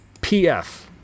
pf